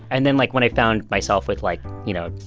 and then, like, when i found myself with, like, you know,